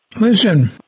listen